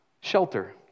shelter